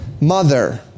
mother